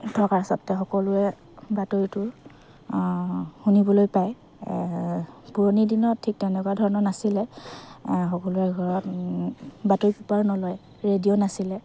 থকা স্বত্বেও সকলোৱে বাতৰিটো শুনিবলৈ পায় পুৰণি দিনত ঠিক তেনেকুৱা ধৰণৰ নাছিলে সকলোৰে ঘৰত বাতৰি পেপাৰ নলয় ৰেডিঅ' নাছিলে